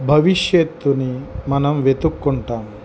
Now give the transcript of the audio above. భవిష్యత్తుని మనం వెతుకుంటాము